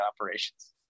operations